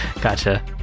Gotcha